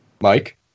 Mike